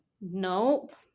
nope